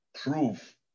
proof